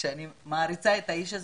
אני מעריצה את האיש הזה,